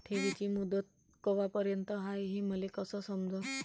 ठेवीची मुदत कवापर्यंत हाय हे मले कस समजन?